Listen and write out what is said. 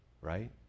right